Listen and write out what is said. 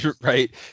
Right